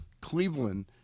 Cleveland